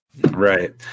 Right